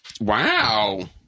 Wow